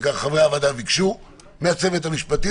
וגם חברי הוועדה ביקשו מהצוות המשפטי,